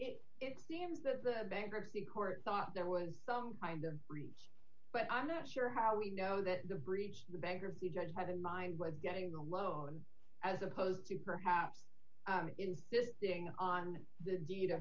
if it seems that the bankruptcy court thought there was some kind of freeze but i'm not sure how we know that the breach the bankruptcy judge had in mind with getting the loan as opposed to perhaps insisting on the deed